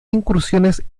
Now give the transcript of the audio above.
incursiones